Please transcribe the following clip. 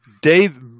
dave